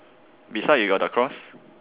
beside you got the cross